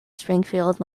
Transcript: springfield